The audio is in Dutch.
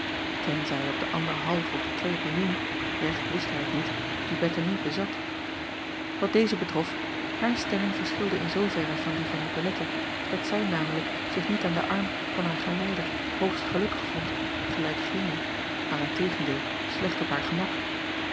tenzij op de anderhalf of twee millioen recht wist hij t niet die ettemie bezat at deze betrof haar stemming verschilde in zooverre van die van icolette dat zij namelijk zich niet aan den arm van haar geleider hoogst gelukkig vond gelijk gene maar in tegendeel slecht op haar gemak